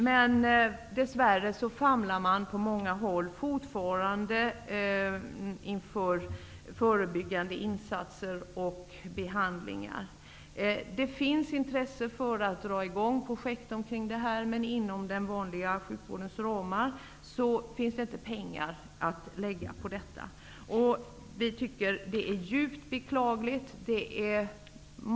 Men dess värre famlar man på många håll fortfarande inför förebyggande insatser och behandlingar. Det finns intresse för att starta projekt i detta sammanhang, men inom den vanliga sjukvårdens ramar saknas det pengar härför. Vi tycker att detta är djupt beklagligt.